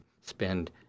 spend